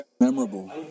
memorable